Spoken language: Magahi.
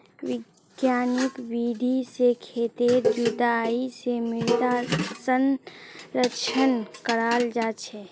वैज्ञानिक विधि से खेतेर जुताई से मृदा संरक्षण कराल जा छे